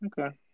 Okay